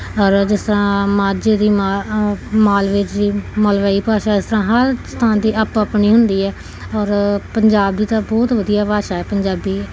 ਔਰ ਜਿਸ ਤਰ੍ਹਾਂ ਮਾਝੇ ਦੀ ਮਾ ਮਾਲਵੇ ਜੀ ਮਲਵਈ ਭਾਸ਼ਾ ਇਸ ਤਰ੍ਹਾਂ ਹਰ ਸਥਾਨ ਦੀ ਆਪੋ ਆਪਣੀ ਹੁੰਦੀ ਹੈ ਔਰ ਪੰਜਾਬ ਦੀ ਤਾਂ ਬਹੁਤ ਵਧੀਆ ਭਾਸ਼ਾ ਹੈ ਪੰਜਾਬੀ